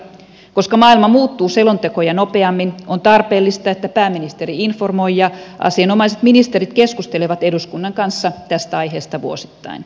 koska maailma muuttuu selontekoja nopeammin on tarpeellista että pääministeri informoi ja asianomaiset ministerit keskustelevat eduskunnan kanssa tästä aiheesta vuosittain